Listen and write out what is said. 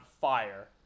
fire